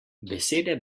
besede